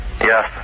Yes